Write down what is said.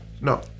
No